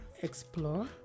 Explore